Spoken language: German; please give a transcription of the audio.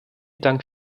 dank